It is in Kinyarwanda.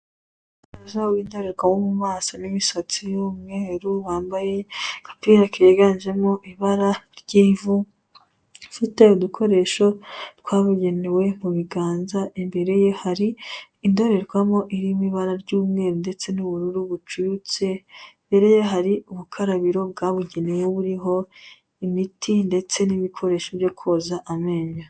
Umusaza w'indorerwamo mu maso n'imisatsi y'umweru wambaye agapira kiganjemo ibara ry'ivutse, udukoresho twabugenewe mu biganza imbere ye hari indorerwamo irimo ibara ry'umweru ndetse n'ubururu bucutse, mbere hari ubukarabiro bwabugenewe buriho imiti ndetse n'ibikoresho byo koza amenyo.